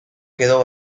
quedó